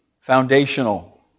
foundational